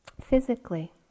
physically